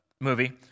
movie